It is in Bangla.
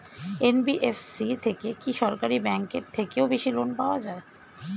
এন.বি.এফ.সি থেকে কি সরকারি ব্যাংক এর থেকেও বেশি লোন পাওয়া যায়?